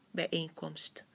bijeenkomst